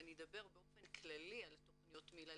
ואני אדבר באופן כללי על תכניות מיל"ה,